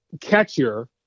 catcher